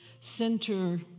center